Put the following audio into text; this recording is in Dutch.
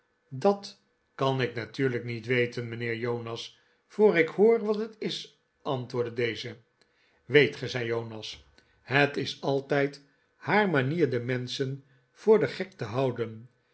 dat kan ik natuurlijk niet weten mijnheer jonas voor ik hoor wat het is antwoordde deze weet ge zei jonas het is altijd haar manier de menschen voor den gek te houden